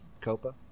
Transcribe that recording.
Copa